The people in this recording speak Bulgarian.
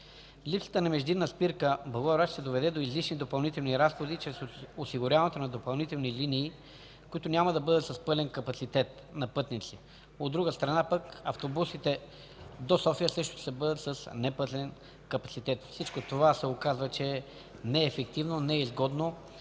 Липсата на междинна спирка – Благоевград, ще доведе до излишни допълнителни разходи чрез осигуряването на допълнителни линии, които няма да бъдат с пълен капацитет на пътници. От друга страна пък автобусите до София също ще бъдат с непълен капацитет. Всичко това се оказа, че е неефективно, не е изгодно